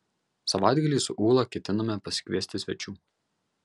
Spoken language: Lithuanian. savaitgalį su ūla ketiname pasikviesti svečių